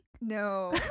No